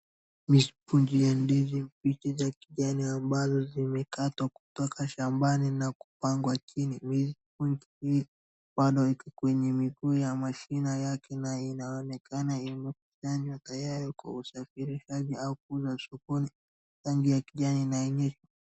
Mishikunjia ndizi mbichi za kijani ambazo zimekatwa kutoka shambani na kupangwa chini. Mishikunjia bado iko kwenye miguu ya mashina yake na inaonekana imekusanywa tayari kwa usafirishaji au kuuza sokoni. Rangi ya kijani na yenyewe